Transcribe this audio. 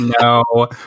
no